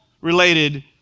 related